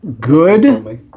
good